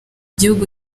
igihugu